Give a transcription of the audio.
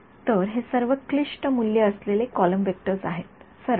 तर हे सर्व क्लिष्ट मूल्य असलेले कॉलम व्हेक्टर्स आहेत सरळ